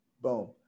Boom